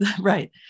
Right